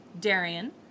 Darian